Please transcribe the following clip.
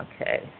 Okay